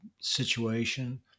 situation